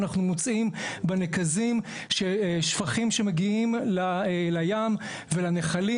אנחנו מוצאים בנקזים שפכים שמגיעים לים ולנחלים.